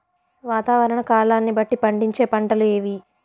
వాతావరణ కాలాన్ని బట్టి పండించే పంటలు ఏవి?